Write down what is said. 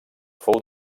fou